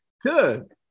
Good